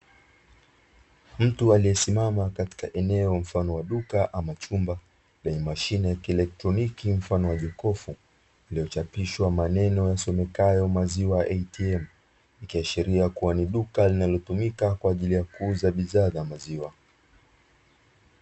Mtu aliyesimama katika eneo mfano wa duka, ama chumba chenye mashine ya kielektroniki mfano wa jokofu lililochapishwa maneno yasomekayo "maziwa ATM" ikiashiria kuwa ni duka linalotumika kwa ajili ya kuuza bidhaa za maziwa.